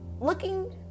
looking